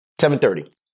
7.30